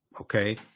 Okay